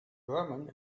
burman